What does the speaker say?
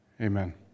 Amen